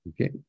Okay